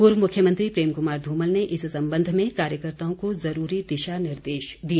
पूर्व मुख्यमंत्री प्रेम कुमार धूमल ने इस संबंध में कार्यकर्ताओं को जुरूरी दिशा निर्देश दिए